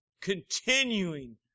continuing